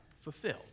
fulfilled